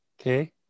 Okay